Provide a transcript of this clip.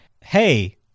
Hey